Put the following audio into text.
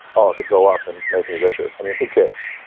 oh, it could go up and make me richer. who cares?